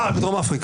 אה, בדרום אפריקה.